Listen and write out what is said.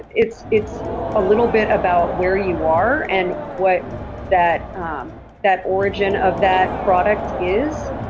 and it's it's a little bit about where you are and what that um that origin of that product is.